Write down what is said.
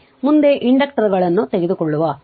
ಆದ್ದರಿಂದ ಮುಂದೆ ಇಂಡಕ್ಟರುಗಳನ್ನು ತೆಗೆದುಕೊಳ್ಳುತ್ತದೆ